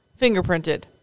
fingerprinted